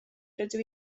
rydw